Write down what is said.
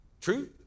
True